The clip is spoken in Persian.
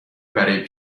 برای